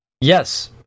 yes